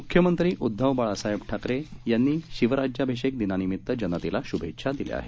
मुख्यमंत्री उद्दव बाळासाहेब ठाकरे यांनी शिवराज्याभिषेक दिनानिमित्त जनतेला शुभेच्छा दिल्या आहेत